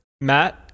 Matt